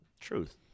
Truth